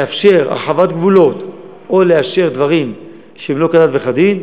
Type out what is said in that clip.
לאפשר הרחבת גבולות או לאשר דברים שהם לא כדת וכדין,